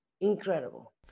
incredible